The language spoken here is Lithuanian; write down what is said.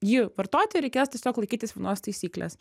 jį vartoti reikės tiesiog laikytis vienos taisyklės